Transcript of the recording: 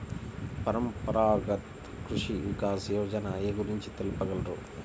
పరంపరాగత్ కృషి వికాస్ యోజన ఏ గురించి తెలుపగలరు?